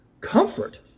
comfort